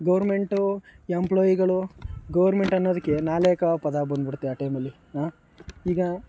government ಎಂಪ್ಲಾಯಿಗಳು government ಅನ್ನೋದಕ್ಕೆ ನಾಲಾಯಕ್ಕು ಪದ ಬಂದ್ಬಿಡುತ್ತೆ ಆ ಟೈಮಲ್ಲಿ ಈಗ